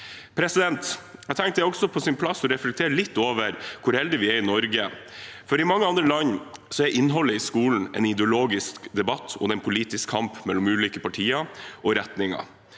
lover. Jeg tenker også det er på sin plass å reflektere litt over hvor heldige vi er i Norge, for i mange andre land er innholdet i skolen en ideologisk debatt og en politisk kamp mellom ulike partier og retninger.